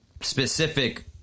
specific